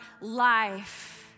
life